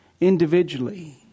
individually